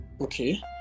Okay